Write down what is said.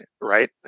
Right